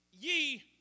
ye